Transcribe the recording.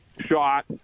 shot